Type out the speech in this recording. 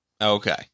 Okay